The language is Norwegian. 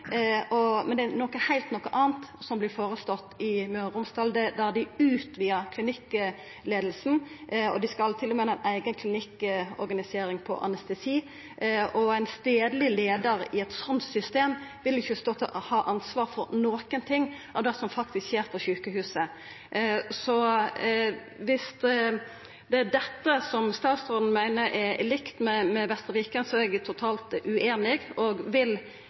Det er noko heilt anna som vert føreslått i Møre og Romsdal, der dei utvidar klinikkleiinga og til og med skal ha ei eiga klinikkorganisering på anestesi. Ein stadleg leiar i eit slikt system vil jo ikkje ha ansvar for noko av det som faktisk skjer på sjukehuset. Viss det er dette som statsråden meiner er likt med Vestre Viken, er eg totalt ueinig. Vil statsråden innføra prinsippet frå Ringerike i Helse Møre og Romsdal, er eg fornøgd, så eg vil